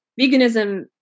veganism